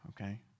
okay